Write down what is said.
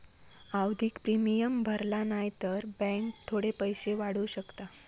आवधिक प्रिमियम भरला न्हाई तर बॅन्क थोडे पैशे वाढवू शकता